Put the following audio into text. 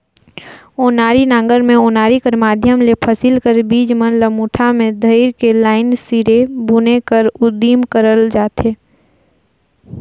ओनारी नांगर मे ओनारी कर माध्यम ले फसिल कर बीज मन ल मुठा मे धइर के लाईन सिरे बुने कर उदिम करल जाथे